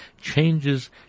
changes